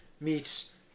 meets